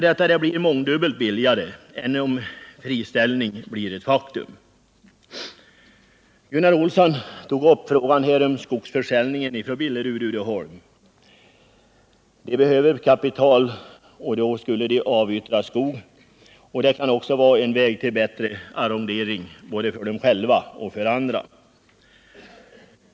Det blir mångdubbelt billigare än om friställning blir ett faktum. Gunnar Olsson tog upp frågan om skogsförsäljning från Billerud Uddeholm. Bolaget behöver kapital och skulle därför avyttra skog. Det kan också vara en väg till bättre arrondering både för säljaren och för andra skogsägare.